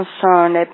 concerned